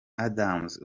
adams